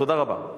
תודה רבה.